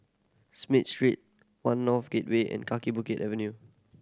Smith Street One North Gateway and Kaki Bukit Avenue